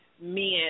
men